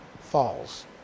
falls